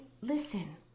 listen